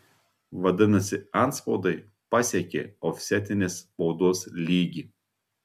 vadinasi antspaudai pasiekė ofsetinės spaudos lygį